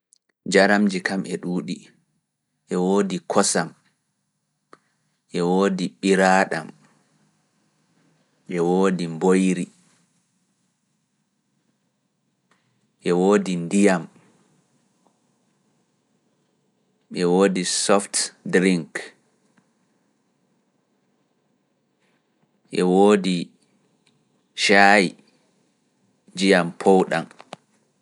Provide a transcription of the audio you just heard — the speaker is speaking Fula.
Njaramji kam e ɗuuɗi, e woodi kosam, e woodi ɓiraaɗam, e woodi mboyri, e woodi ndiyam, e woodi soft ɗirink, e woodi caayi ƴiyam pow ɗam.